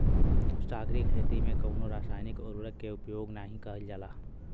सागरीय खेती में कवनो रासायनिक उर्वरक के उपयोग नाही कईल जाला